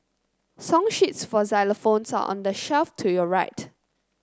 song sheets for xylophones are on the shelf to your right